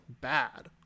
bad